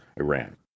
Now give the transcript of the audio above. Iran